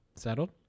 settled